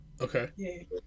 Okay